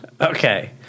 Okay